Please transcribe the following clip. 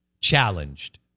challenged